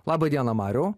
laba diena mariau